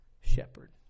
shepherd